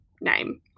name